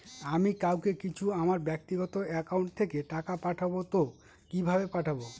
আমি কাউকে কিছু আমার ব্যাক্তিগত একাউন্ট থেকে টাকা পাঠাবো তো কিভাবে পাঠাবো?